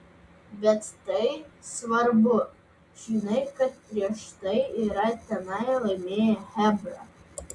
bet tai svarbu žinai kad prieš tai yra tenai laimėję chebra